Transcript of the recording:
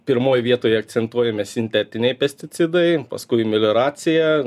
pirmoj vietoj akcentuojami sintetiniai pesticidai paskui melioracija